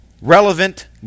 relevant